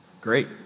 Great